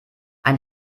ein